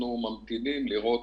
אנחנו ממתינים לראות,